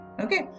Okay